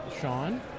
sean